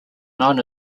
known